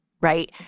right